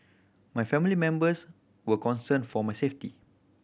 my family members were concerned for my safety